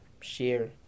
share